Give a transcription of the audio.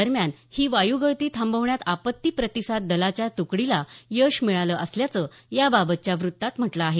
दरम्यान ही वायू गळती थांबवण्यात आपत्ती प्रतिसाद दलाच्या तुकडीला यश मिळालं असल्याचं याबाबतच्या वृत्तात म्हटल आहे